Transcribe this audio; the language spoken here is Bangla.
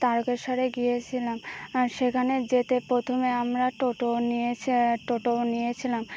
তারকেশ্বরে গিয়েছিলাম আর সেখানে যেতে প্রথমে আমরা টোটো নিয়ে ছে টোটোও নিয়েছিলাম